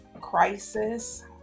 crisis